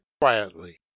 quietly